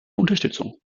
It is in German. unterstützung